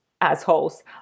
assholes